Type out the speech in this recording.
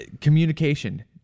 communication